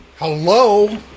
Hello